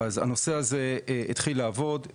הנושא הזה התחיל לעבוד,